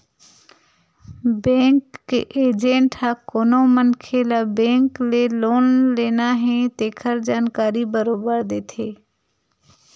bank के agent ह कोनो मनखे ल बेंक ले लोन लेना हे तेखर जानकारी बरोबर देथे